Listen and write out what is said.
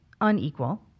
unequal